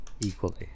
equally